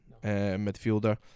midfielder